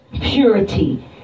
purity